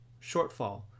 Shortfall